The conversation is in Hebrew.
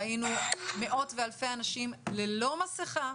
ראינו מאות ואלפי אנשים ללא מסכה,